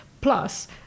Plus